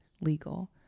legal